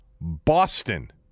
Boston